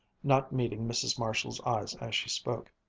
not meeting mrs. marshall's eyes as she spoke,